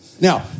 Now